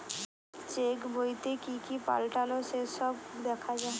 check বইতে কি কি পাল্টালো সে সব দেখা যায়